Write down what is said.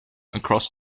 across